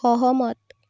সহমত